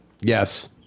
Yes